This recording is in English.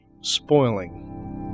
spoiling